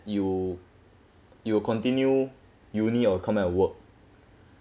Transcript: you you will continue uni or come out and work